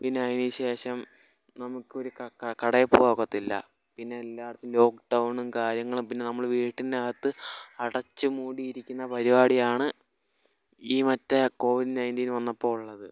പിന്നെയതിന് ശേഷം നമുക്കൊരു കടയിൽ പോകാൻ ഒക്കത്തില്ല പിന്നെ എല്ലാ ഇടത്തും ലോക്ക്ഡൗണും കാര്യങ്ങളും പിന്നെ നമ്മൾ വീട്ടിനകത്ത് അടച്ച് മൂടി ഇരിക്കുന്ന പരിപാടിയാണ് ഈ മറ്റേ കോവിഡ് നയൻ്റീൻ വന്നപ്പോൾ ഉള്ളത്